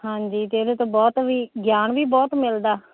ਹਾਂਜੀ ਅਤੇ ਇਹਦੇ ਤੋਂ ਬਹੁਤ ਵੀ ਗਿਆਨ ਵੀ ਬਹੁਤ ਮਿਲਦਾ